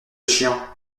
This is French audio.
chien